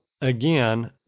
Again